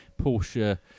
Porsche